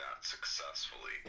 successfully